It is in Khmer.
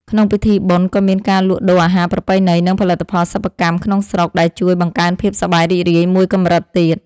ក្នុងពិធីបុណ្យក៏មានការលក់ដូរអាហារប្រពៃណី និងផលិតផលសិប្បកម្មក្នុងស្រុក ដែលជួយបង្កើនភាពសប្បាយរីករាយមួយកម្រិតទៀត។